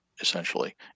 essentially